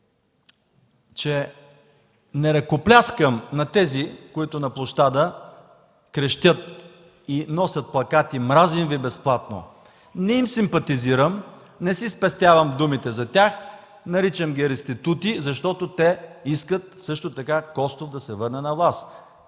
че не ръкопляскам на тези, които на площада крещят и носят плакати: „Мразим Ви безплатно”. Не им симпатизирам, не си спестявам думите за тях, наричам ги реститути, защото те искат също така Костов да се върне на власт.